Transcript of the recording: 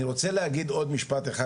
אני רוצה להגיד עוד משפט אחד,